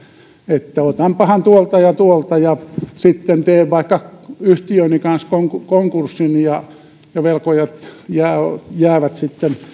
että otanpahan tuolta ja tuolta ja sitten teen vaikka yhtiöni kanssa konkurssin ja ja velkojat jäävät sitten